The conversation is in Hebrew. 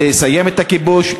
לסיים את הכיבוש,